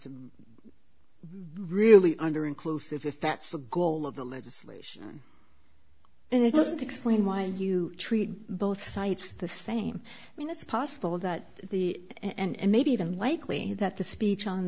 s really under inclusive if that's the goal of the legislation and it doesn't explain why you treat both sites the same and it's possible that the and maybe even likely that the speech on